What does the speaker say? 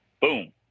boom